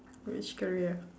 which career